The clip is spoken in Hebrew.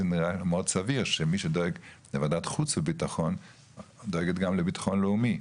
נראה מאוד סביר שמי שדואגת לוועדת חוץ וביטחון דואגת גם לביטחון לאומי.